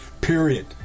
Period